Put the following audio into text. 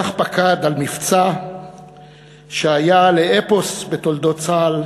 כך פקד על מבצע שהיה לאפוס בתולדות צה"ל,